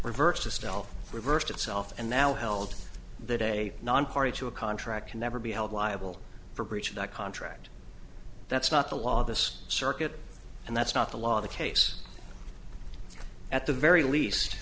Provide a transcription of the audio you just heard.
reversed a stealth reversed itself and now held that a non party to a contract can never be held liable for breach of that contract that's not the law this circuit and that's not the law the case at the very least